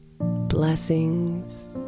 Blessings